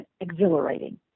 exhilarating